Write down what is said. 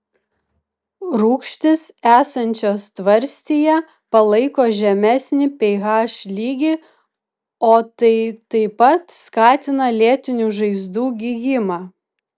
rūgštys esančios tvarstyje palaiko žemesnį ph lygį o tai taip pat skatina lėtinių žaizdų gijimą